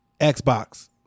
xbox